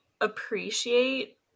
appreciate